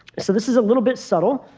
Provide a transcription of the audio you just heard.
so this is a little bit subtle,